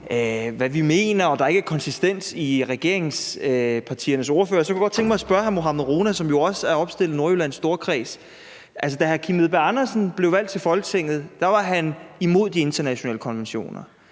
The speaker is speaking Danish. hvad vi mener, og at der ikke er konsistens i regeringspartiernes ordførere. Så jeg kunne godt tænke mig at spørge hr. Mohammad Rona, som jo også er opstillet i Nordjyllands Storkreds. Da hr. Kim Edberg Andersen blev valgt til Folketinget, var han imod de internationale konventioner.